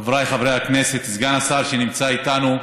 חבריי חברי הכנסת, סגן השר, שנמצא איתנו,